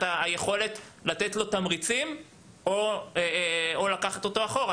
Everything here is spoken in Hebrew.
היכולת לתת לו תמריצים או לקחת אותו אחורה,